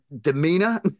demeanor